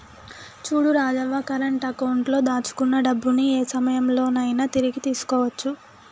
చూడు Rajavva current account లో దాచుకున్న డబ్బుని ఏ సమయంలో నైనా తిరిగి తీసుకోవచ్చు